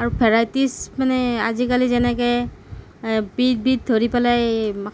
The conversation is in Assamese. আৰু ভেৰাইটিছ মানে আজিকালি যেনেকে বিধ বিধ ধৰি পেলাই